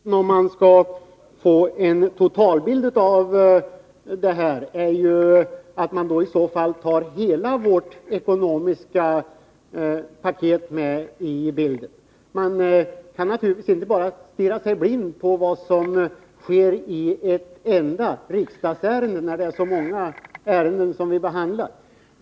Herr talman! Enda möjligheten att få en totalbild av dessa kostnader är att studera hela vårt ekonomiska paket. Man kan naturligtvis inte stirra sig blind på vad som yrkas i ett enda riksdagsärende, då det är så många ärenden vi behandlar.